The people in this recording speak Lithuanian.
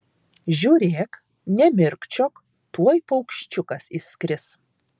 žiūrėk nemirkčiok tuoj paukščiukas išskris